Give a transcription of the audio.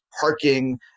parking